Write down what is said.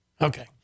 Okay